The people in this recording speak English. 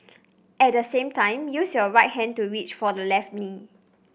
at the same time use your right hand to reach for the left knee